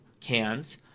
cans